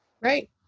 Right